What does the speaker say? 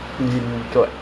actually ya